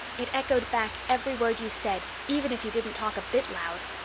it echoed back every word you said, even if you didn't talk a bit loud.